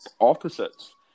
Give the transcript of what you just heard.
opposites